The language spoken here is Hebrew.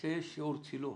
כשיש שיעור צילום